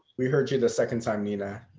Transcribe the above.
we heard you the second time, nina,